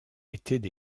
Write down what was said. étaient